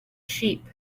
sheep